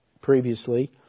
previously